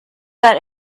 got